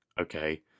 okay